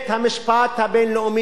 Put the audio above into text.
קבע חד-משמעית